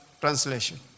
Translation